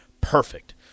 perfect